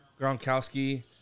Gronkowski